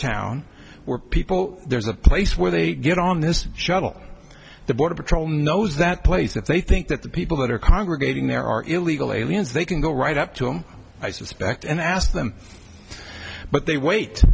town where people there's a place where they get on this shuttle the border patrol knows that place that they think that the people that are congregating there are illegal aliens they can go right up to him i suspect and ask them but they wait